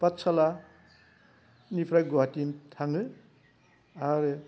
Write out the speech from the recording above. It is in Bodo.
पातसालानिफ्राय गुवाहाटि थाङो आरो